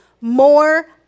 more